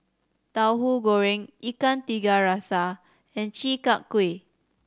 Tauhu Goreng Ikan Tiga Rasa and Chi Kak Kuih